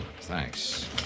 thanks